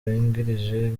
wungirije